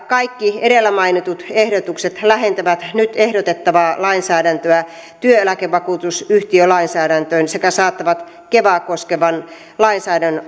kaikki edellä mainitut ehdotukset lähentävät nyt ehdotettavaa lainsäädäntöä työeläkevakuutusyhtiölainsäädäntöön sekä saattavat kevaa koskevan lainsäädännön